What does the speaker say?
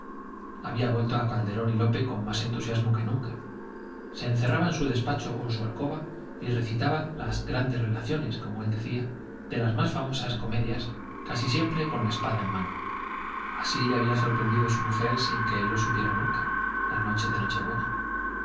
había vuelto a calderón y lope con más entusiasmo que nunca se encerraba en su despacho o en su alcoba y recitaba grandes relaciones como él decía de las más famosas comedias casi siempre con la espada en la mano así le había sorprendido su mujer sin que él lo supiera nunca la noche de noche buena